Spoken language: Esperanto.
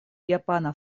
japana